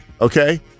okay